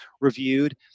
reviewed